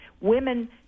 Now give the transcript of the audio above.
Women